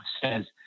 says